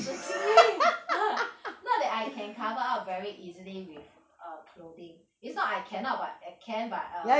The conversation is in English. simi not that I can cover up very easily with a clothing is not I cannot but I can but err